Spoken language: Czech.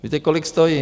Víte, kolik stojí?